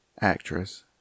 actress